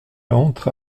entre